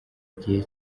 gihe